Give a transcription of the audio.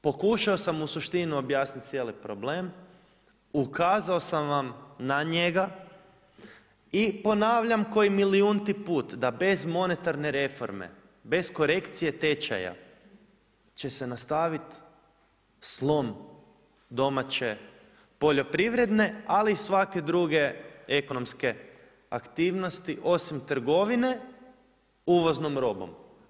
Pokušao sam u suštinu objasniti cijeli problem, ukazao sam vam na njega i ponavljam koji milijunti put da bez monetarne reforme, bez korekcije tečaja će se nastaviti slom domaće poljoprivredne ali i svake druge ekonomske aktivnosti osim trgovine uvoznom robom.